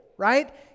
right